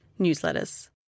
newsletters